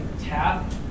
tap